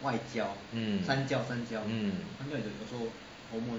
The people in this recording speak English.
mm mm